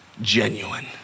genuine